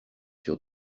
sur